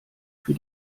für